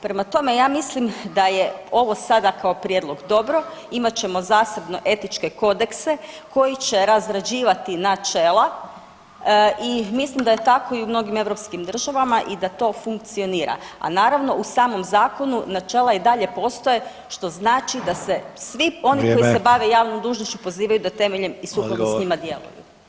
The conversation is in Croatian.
Prema tome, ja mislim da je ovo sada kao prijedlog dobro, imat ćemo zasebno etičke kodekse koji će razrađivati načela i mislim da je tako i u mnogim europskim državama i da to funkcionira, a naravno u samom zakonu načela i dalje postoje što znači da se svi oni [[Upadica: Vrijeme]] koji se bave javnom dužnošću pozivaju da temeljem i sukladno s njima djeluju.